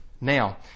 Now